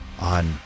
on